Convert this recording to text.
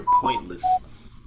pointless